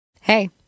Hey